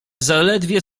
zaledwie